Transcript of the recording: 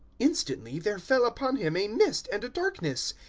instantly there fell upon him a mist and a darkness,